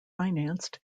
financed